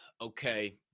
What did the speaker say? Okay